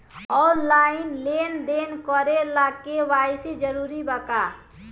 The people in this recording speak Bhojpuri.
आनलाइन लेन देन करे ला के.वाइ.सी जरूरी बा का?